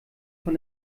von